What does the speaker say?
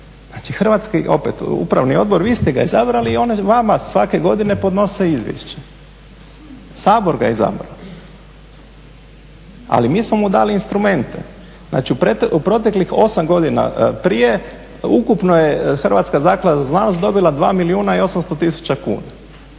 Znači, Hrvatski, opet, upravni odbor, vi ste ga izabrali i oni vama svake godine podnose izvješće. Sabor ga je izabrao. Ali mi smo mu dali instrumente. Znači, u proteklih 8 godina prije ukupno je Hrvatska zaklada za znanost dobila 2 milijuna i 800 tisuća kuna.